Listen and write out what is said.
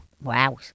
Wow